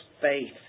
faith